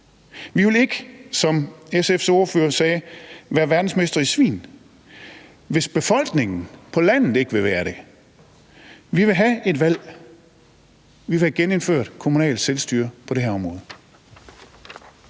sagde, være verdensmestre i svin, hvis befolkningen på landet ikke vil være det. Vi vil have et valg. Vi vil have genindført kommunalt selvstyre på det her område.